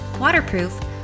waterproof